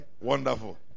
wonderful